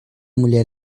mulher